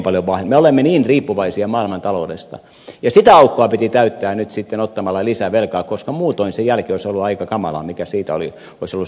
me olemme niin riippuvaisia maailman taloudesta ja sitä aukkoa piti täyttää nyt sitten ottamalla lisää velkaa koska muutoin se jälki olisi ollut aika kamalaa mikä siitä olisi ollut seurauksena